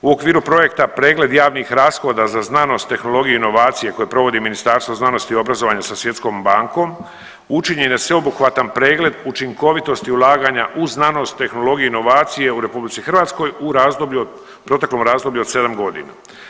U okviru projekta pregled javnih rashoda za znanost, tehnologiju i inovacije koje provodi Ministarstvo znanosti i obrazovanja sa Svjetskom bankom učinjen je sveobuhvatan pregled učinkovitosti ulaganja u znanost, tehnologije i inovacije u RH u razdoblju, u proteklom razdoblju od 7.g.